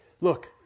look